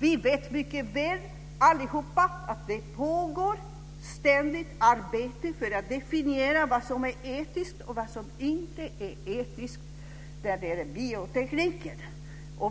Vi vet alla mycket väl att det ständigt pågår arbete för att definiera vad som är etiskt och vad som inte är etiskt när det gäller biotekniken.